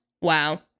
Wow